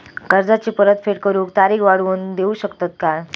कर्जाची परत फेड करूक तारीख वाढवून देऊ शकतत काय?